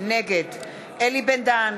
נגד אלי בן-דהן,